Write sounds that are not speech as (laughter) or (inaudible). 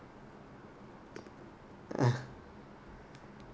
(noise)